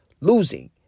Losing